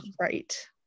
right